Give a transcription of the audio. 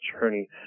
journey